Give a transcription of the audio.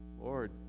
Lord